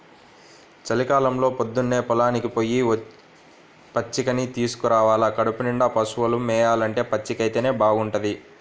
చలికాలంలో పొద్దన్నే పొలానికి పొయ్యి పచ్చికని తీసుకురావాల కడుపునిండా పశువులు మేయాలంటే పచ్చికైతేనే బాగుంటది